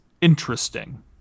interesting